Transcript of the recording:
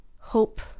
hope